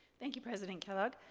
thank you, president kellogg.